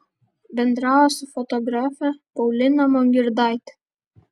bendravo su fotografe paulina mongirdaite